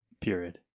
Period